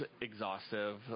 exhaustive